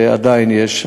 שעדיין יש.